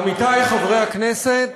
עמיתיי חברי הכנסת,